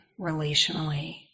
relationally